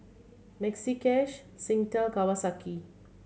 Maxi Cash Singtel Kawasaki